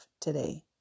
today